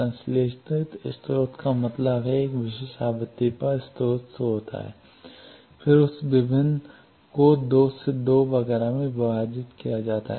संश्लेषित स्रोत का मतलब एक विशेष आवृत्ति पर स्रोत से होता है फिर उस विभिन्न को 2 से 2 वगैरह में विभाजित किया जाता है